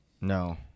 No